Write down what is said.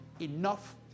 enough